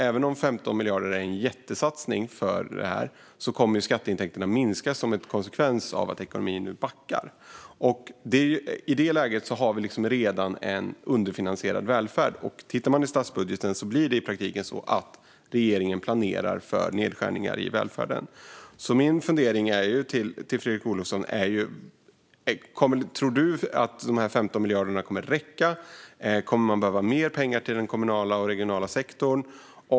Även om 15 miljarder kronor är en jättesatsning kommer skatteintäkterna att minska som en konsekvens av att ekonomin nu backar. I nuläget har vi redan en underfinansierad välfärd. Tittar man i statsbudgeten ser man att det i praktiken är så att regeringen planerar för nedskärningar i välfärden. Min fråga till Fredrik Olovsson är: Tror du att dessa 15 miljarder kronor kommer att räcka? Kommer det att behövas mer pengar till den kommunala och regionala sektorn?